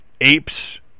apes